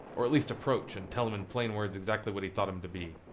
or at least approach and tell him in plain words exactly what he thought him to be.